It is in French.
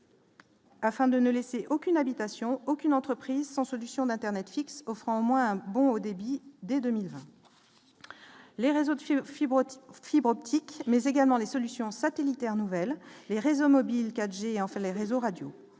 Afin de ne laisser aucune habitation aucune entreprise sans solution d'Internet fixe offrant moins beau haut débit dès 2020 les réseaux de philo fibre Fibre optique mais également les solutions satellitaires nouvelle les réseaux mobiles 4 G en fait les réseaux radio